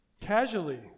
casually